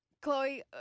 chloe